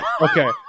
Okay